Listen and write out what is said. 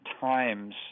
times